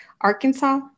Arkansas